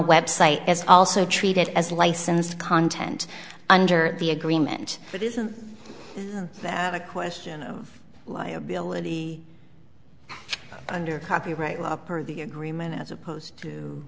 website is also treated as licensed content under the agreement but isn't that a question of liability under copyright law per the agreement as opposed to